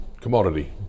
commodity